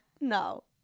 No